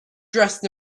dressed